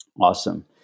Awesome